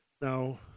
Now